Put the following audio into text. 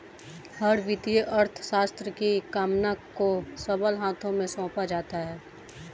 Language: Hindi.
हर वित्तीय अर्थशास्त्र की कमान को सबल हाथों में सौंपा जाता है